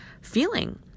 feeling